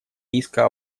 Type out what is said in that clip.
риска